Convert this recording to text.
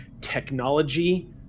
technology